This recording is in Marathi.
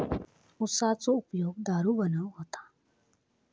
उसाचो उपयोग दारू बनवूक होता